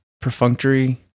perfunctory